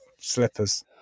slippers